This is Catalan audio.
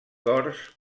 cors